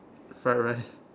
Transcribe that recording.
fried rice